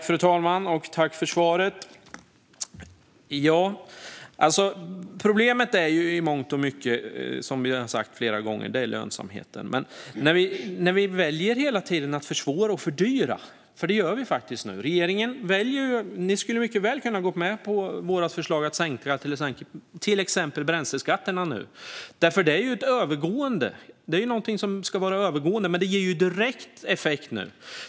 Fru talman! Tack för svaret! Problemet är i mångt och mycket lönsamheten, som vi redan har sagt flera gånger. Men vi väljer ju hela tiden att försvåra och fördyra. Det är det vi faktiskt gör nu. Ni skulle mycket väl ha kunnat gå med på vårt förslag att sänka till exempel bränsleskatterna nu. Det är något som ska vara övergående, men det ger direkt effekt nu.